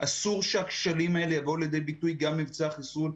אסור שהכשלים האלה יבואו לידי ביטוי גם במבצע החיסון.